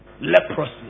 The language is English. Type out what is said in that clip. Leprosy